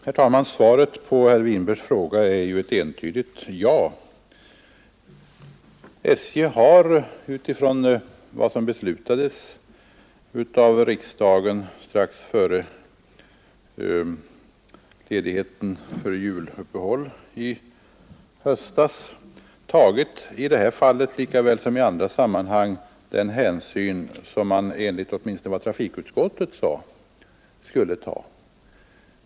Herr talman! Svaret på herr Winbergs fråga är ett entydigt ja. SJ har utifrån vad som beslutades av riksdagen — strax före juluppehållet i höstas — i det här fallet lika väl som i andra sammanhang tagit den hänsyn som man, åtminstone enligt vad trafikutskottet sade, skall ta.